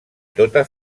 tota